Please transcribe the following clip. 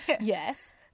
yes